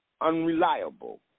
unreliable